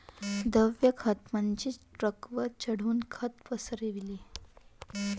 द्रव खत म्हणजे ट्रकवर चढून खत पसरविणे